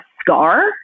scar